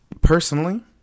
personally